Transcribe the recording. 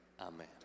Amen